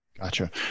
Gotcha